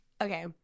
Okay